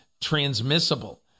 transmissible